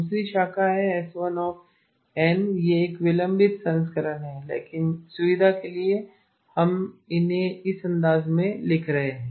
दूसरी शाखा है S1n यह एक विलंबित संस्करण है लेकिन सुविधा के लिए हम उन्हें इस अंदाज में लिख रहे हैं